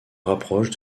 rapproche